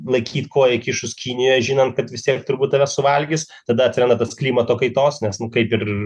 laikyt koją įkišus kinijoj žinant kad vis tiek turbūt tave suvalgys tada atsiranda tas klimato kaitos nes nu kaip ir